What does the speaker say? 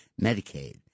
Medicaid